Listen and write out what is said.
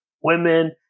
women